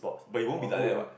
but you won't be like that what